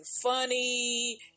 funny